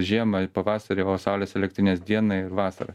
žiemą pavasarį o saulės elektrinės dieną ir vasarą